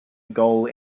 goal